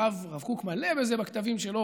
הרב קוק מלא בזה בכתבים שלו,